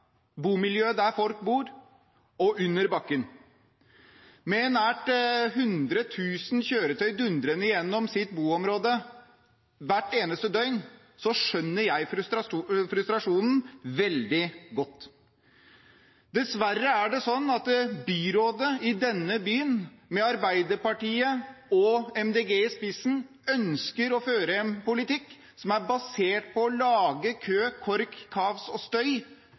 bomiljøet, der folk bor, og under bakken. Med nær 100 000 kjøretøy dundrende gjennom boområdet hvert eneste døgn skjønner jeg frustrasjonen veldig godt. Dessverre er det sånn at byrådet i denne byen, med Arbeiderpartiet og Miljøpartiet De Grønne i spissen, ønsker å føre en politikk som er basert på å lage kø, kork, kaos og støy